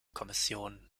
kommissionen